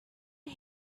get